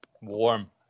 Warm